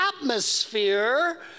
atmosphere